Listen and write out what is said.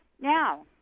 Now